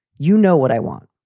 you know what i want?